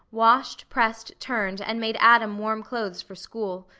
washed, pressed, turned, and made adam warm clothes for school.